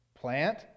Plant